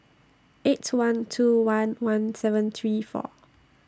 eight one two one one seven three four